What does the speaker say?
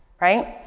right